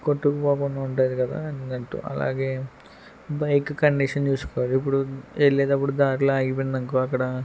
కొట్టుకుపోకుండా ఉంటది కదా అన్నట్టు అలాగే బైక్ కండిషన్ చూసుకోవాలి ఇప్పుడు వెళ్ళేటప్పుడు దారిలో ఆగిపోయింది అనుకో అక్కడ